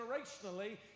generationally